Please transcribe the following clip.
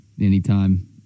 Anytime